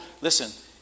Listen